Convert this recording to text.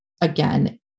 again